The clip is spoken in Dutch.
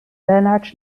lenaerts